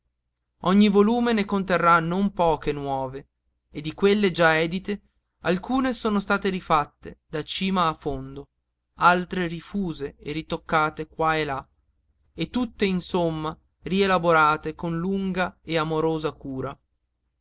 ogni volume ne conterrà non poche nuove e di quelle già edite alcune sono state rifatte da cima a fondo altre rifuse e ritoccate qua e là e tutte insomma rielaborate con lunga e amorosa cura